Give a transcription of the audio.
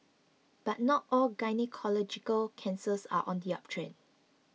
but not all gynaecological cancers are on the uptrend